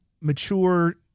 mature